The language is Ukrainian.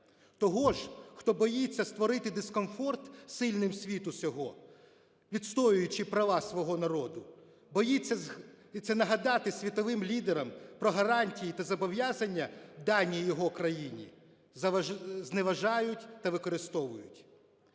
Того ж, хто боїться створити дискомфорт сильним світу сього, відстоюючи права свого народу, і боїться нагадати світовим лідерам про гарантії та зобов'язання, дані його країні, зневажають та використовують.